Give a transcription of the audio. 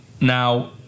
Now